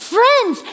Friends